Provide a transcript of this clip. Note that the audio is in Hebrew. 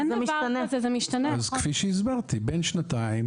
בין שנתיים